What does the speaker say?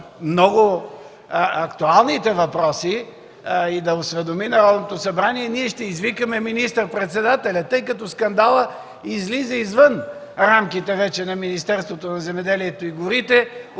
много актуалните въпроси и да осведоми Народното събрание, ние ще извикаме министър-председателя, тъй като скандалът вече излиза извън рамките на Министерството на земеделието и храните,